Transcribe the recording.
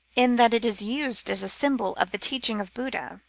in that it is used as a symbol of the teaching of buddha.